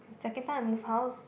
second time I moved house